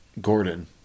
Gordon